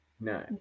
no